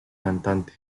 cantante